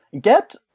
get